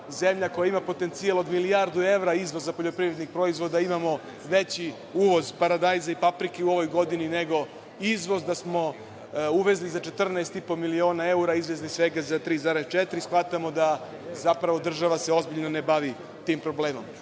koja ima potencijal od milijardu evra za izvoz poljoprivrednih proizvoda, imamo veći uvoz paradajza i paprike u ovoj godini, nego izvoz. Da smo uvezli za 14,5 miliona evra, izvezli svega 3,4, shvatamo da zapravo država se ozbiljno ne bavi tim problemom.U